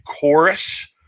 chorus